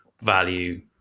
value